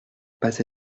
pas